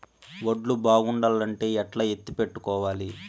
వడ్లు బాగుండాలంటే ఎట్లా ఎత్తిపెట్టుకోవాలి?